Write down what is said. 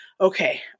okay